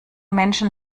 menschen